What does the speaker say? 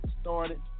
started